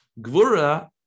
Gvura